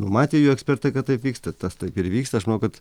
numatė jų ekspertai kad taip vyksta tas taip ir vyksta aš manau kad